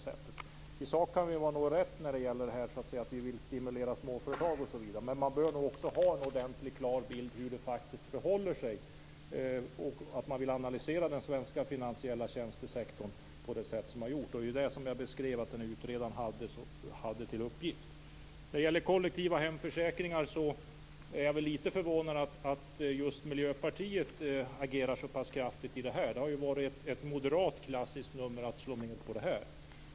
I sak kan vi vara överens när det gäller stimulering av småföretag osv., men man bör ha en klar bild av hur det faktiskt förhåller sig. Man bör analysera den svenska finansiella tjänstesektorn på det sätt som har gjorts. Det var det jag beskrev att utredaren hade till uppgift. Jag är litet förvånad över att just Miljöpartiet agerar så pass kraftigt när det gäller kollektiva hemförsäkringar. Det har varit ett klassiskt nummer från moderaterna att slå ned på dem.